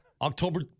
October